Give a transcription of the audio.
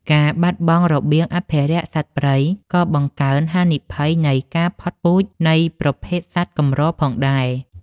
ការបាត់បង់របៀងអភិរក្សសត្វព្រៃក៏បង្កើនហានិភ័យនៃ ការផុតពូជនៃប្រភេទសត្វកម្រ ផងដែរ។